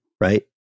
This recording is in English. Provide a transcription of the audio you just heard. right